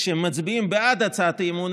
כשהם מצביעים בעד הצעת האי-אמון,